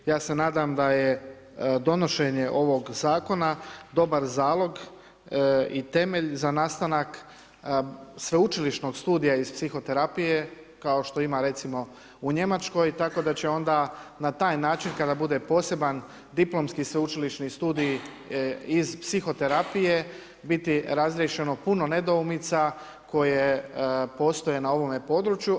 Ja se nadam da je donošenje ovog zakona, dobar zalog i temelj za nastanak sveučilišnog studija iz psihoterapije, kao što ima recimo u Njemačkoj, tako da će onda, na taj način kada bude poseban diplomski sveučilišni studiji iz psihoterapije, biti razriješeno puno nedoumica koje postoje na ovome području.